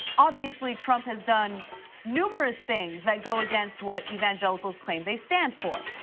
obviously, trump has done numerous things that go against what evangelicals claim they stand for.